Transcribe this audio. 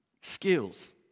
skills